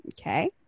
okay